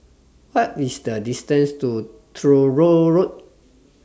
What IS The distance to Truro Road